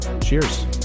cheers